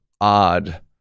odd